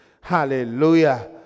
Hallelujah